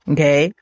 Okay